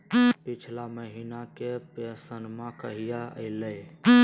पिछला महीना के पेंसनमा कहिया आइले?